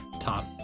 top